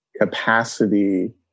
capacity